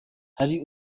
hari